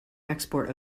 export